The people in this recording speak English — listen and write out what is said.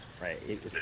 right